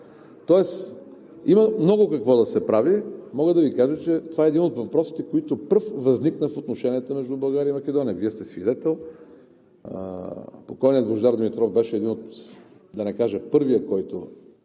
тоест има много какво да се прави. Мога да Ви кажа, че това е един от въпросите, които пръв възникна в отношенията между България и Македония. Вие сте свидетел, че покойният Божидар Димитров беше един, да не кажа първият, който